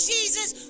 Jesus